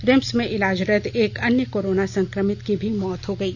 RIMS में इलाजरत एक अन्य कोरोना संक्रमित की भी मौत हो गयी